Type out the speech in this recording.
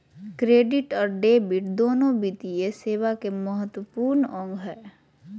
credit और debit दोनो वित्तीय सेवा के महत्त्वपूर्ण अंग हय